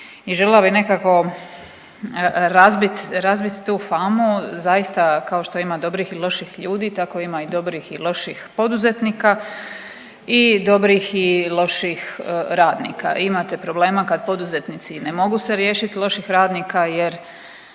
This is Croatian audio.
i želila bi nekako razbit, razbit tu famu, zaista kao što ima dobrih i loših ljudi tako ima dobrih i loših poduzetnika i dobrih i loših radnika. Imate problema kad poduzetnici ne mogu se riješit loših radnika jer,